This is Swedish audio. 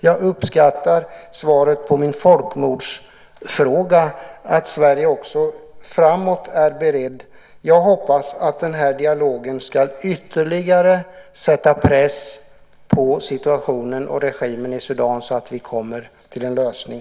Jag uppskattar svaret på min folkmordsfråga, att Sverige också framåt är berett. Jag hoppas att den här dialogen ytterligare ska sätta press på situationen och regimen i Sudan så att vi kommer till en lösning.